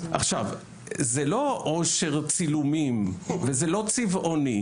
עכשיו זה לא עושר צילומים וזה לא צבעוני